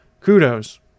Kudos